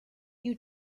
you